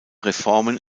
reformen